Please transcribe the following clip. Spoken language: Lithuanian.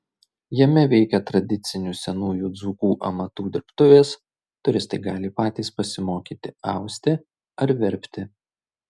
jame veikia tradicinių senųjų dzūkų amatų dirbtuvės turistai gali patys pasimokyti austi ar verpti